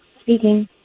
speaking